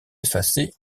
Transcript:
effacer